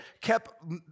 kept